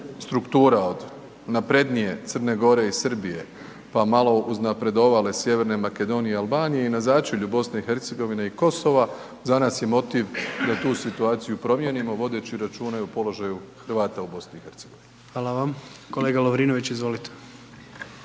struktura od naprednije Crne Gore i Srbije, pa malo uznapredovale Sjeverne Makedonije i Albanije i na začelju BiH i Kosova za nas je motiv da tu situaciju promijenimo vodeći računa i o položaju Hrvata u BiH. **Jandroković, Gordan (HDZ)** Hvala vam. Kolega Lovrinović, izvolite.